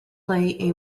play